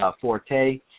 Forte